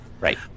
right